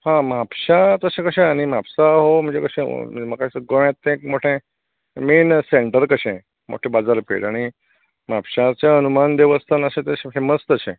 हां म्हापश्यां तशें कशें हां नी म्हापसा गोयांत तशें मेन सेंटर कशें आनी म्हापश्यांचे हनुमान देवस्थान अशें तशें फेमस तशें